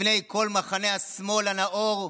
בפני כל מחנה השמאל הנאור,